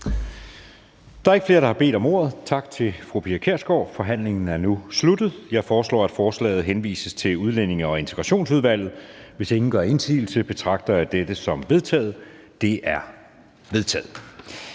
Der er ikke flere, der har bedt om ordet. Tak til fru Pia Kjærsgaard. Forhandlingen er nu sluttet. Jeg foreslår, at forslaget til folketingsbeslutning henvises til Udlændinge- og Integrationsudvalget. Hvis ingen gør indsigelse, betragter jeg dette som vedtaget. Det er vedtaget.